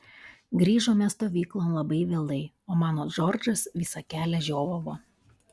grįžome stovyklon labai vėlai o mano džordžas visą kelią žiovavo